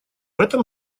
этом